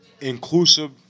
inclusive